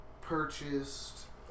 purchased